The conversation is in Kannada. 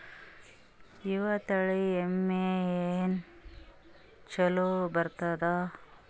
ಯಾವ ತಳಿ ಎಮ್ಮಿ ಹೈನ ಚಲೋ ಬರ್ತದ?